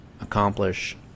accomplish